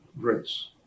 grace